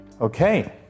Okay